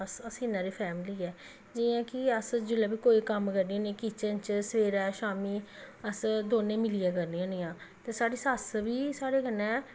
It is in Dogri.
बस अस इन्नी हारी फैमिली ऐ जि'यां कि अस जिसलै बी कोई कम्म करने होन्ने किचन च सवेरै शाम्मी अस दोनें मिलियै करनियां होन्नियां ते साढ़ी सस बी साढ़े कन्नै